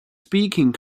speaking